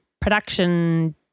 production